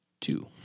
two